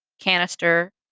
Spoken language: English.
canister